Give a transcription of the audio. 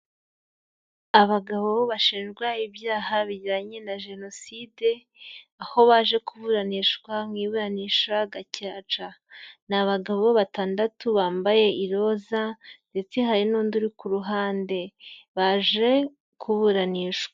Abagabo bashinjwa ibyaha bijyanye na jenoside aho baje kuburanishwa mu iburanisha gacaca. Ni abagabo batandatu bambaye i roza ndetse hari n'undi uri ku ruhande baje kuburanishwa.